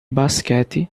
basquete